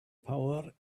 power